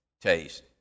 taste